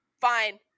fine